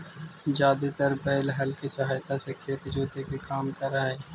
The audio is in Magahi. जादेतर बैल हल केसहायता से खेत जोते के काम कर हई